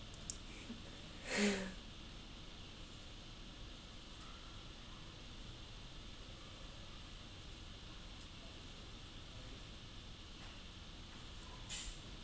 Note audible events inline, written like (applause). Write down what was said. (laughs)